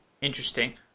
interesting